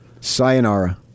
Sayonara